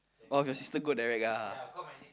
oh your sister go direct ya